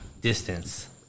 Distance